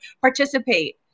participate